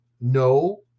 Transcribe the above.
No